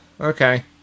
okay